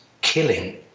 killing